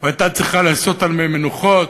הייתה צריכה להיעשות על מי מנוחות,